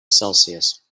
celsius